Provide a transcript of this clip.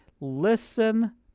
Listen